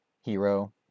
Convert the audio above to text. hero